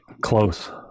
Close